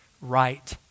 right